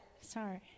Sorry